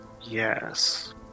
yes